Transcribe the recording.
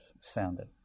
sounded